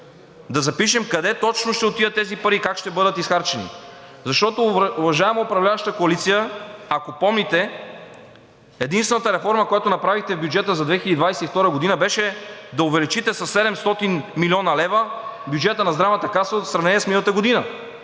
да запишем къде точно ще отидат тези пари и как ще бъдат изхарчени. Защото, уважаема управляваща коалиция, ако помните, единствената реформа, която направихте в бюджета за 2022 г., беше да увеличите със 700 млн. лв. бюджета на Здравната каса в сравнение с миналата година